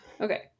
okay